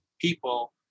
people